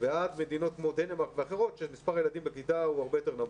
ועד מדינות כמו דנמרק ואחרות שמספר הילדים בכיתה הוא הרבה יותר נמוך,